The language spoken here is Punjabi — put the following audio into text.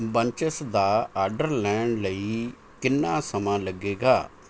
ਬੰਚਸ ਦਾ ਆਰਡਰ ਲੈਣ ਲਈ ਕਿੰਨਾ ਸਮਾਂ ਲੱਗੇਗਾ